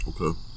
Okay